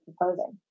proposing